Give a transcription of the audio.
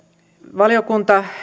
valiokunta